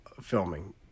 Filming